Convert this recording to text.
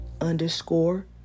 underscore